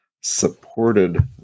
supported